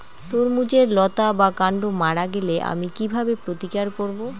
তরমুজের লতা বা কান্ড মারা গেলে আমি কীভাবে প্রতিকার করব?